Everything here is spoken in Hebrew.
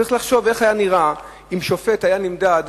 צריך לחשוב איך זה היה נראה אם שופט היה נמדד